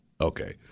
Okay